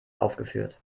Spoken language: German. aufgeführt